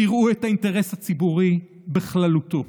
תראו את האינטרס הציבורי בכללותו,